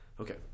Okay